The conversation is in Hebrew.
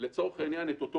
את אותו